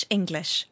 English